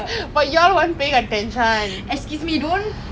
I'm gonna come then we all like play games lah slack